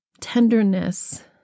tenderness